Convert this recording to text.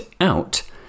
out